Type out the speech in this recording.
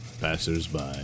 passersby